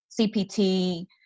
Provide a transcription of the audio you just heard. CPT